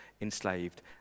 enslaved